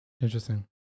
Interesting